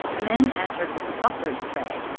a man entered with a butler's tray,